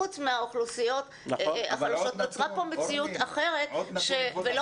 חוץ מהאוכלוסיות החלשות נוצרה פה מציאות אחרת ולא